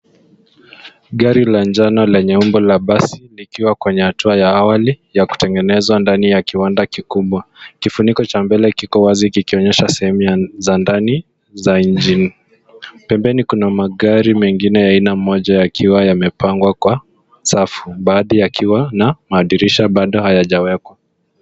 Gari la njano lenye umbo la basi likiwa kwenye hatua ya awali ya kutengenezwa ndani ya kiwanda kikubwa. Kifuniko cha mbele kiko wazi kikionyesha sehemu za ndani za injini. Pembeni kuna magari mengine ya aina moja yakiwa yamepangwa kwa safu baadhi yakiwa na madirisha bado hayajawekwa.